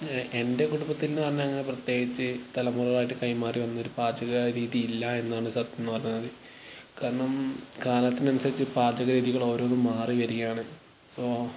എന്റെ കുടുംബത്തിൽ എന്ന് പറഞ്ഞാൽ അങ്ങനെ പ്രത്യേകിച്ച് തലമുറകളായിട്ട് കൈമാറിവന്നൊരു പാചക രീതി ഇല്ല എന്നാണ് സത്യം പറഞ്ഞാല് കാരണം കാലത്തിനനുസരിച്ച് പാചക രീതികളോരോന്നും മാറിവരികയാണ് സോ